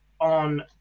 on